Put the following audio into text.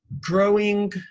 growing